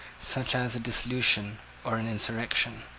such as a dissolution or an insurrection.